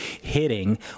hitting